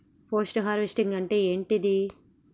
Post harvesting అంటే ఏంటిది?